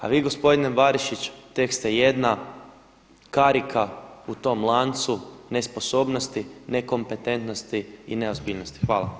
A vi gospodine Barišić tek ste jedna karika u tom lancu nesposobnosti, nekompetentnosti i neozbiljnosti.